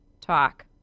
talk